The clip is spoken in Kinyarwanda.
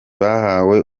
bahawe